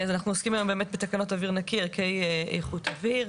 אז אנחנו עוסקים היום באמת בתקנות אוויר נקי (ערכי איכות אוויר).